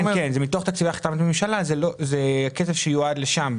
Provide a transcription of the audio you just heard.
זה כסף שיועד לשם.